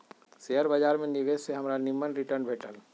share बाजार में निवेश से हमरा निम्मन रिटर्न भेटल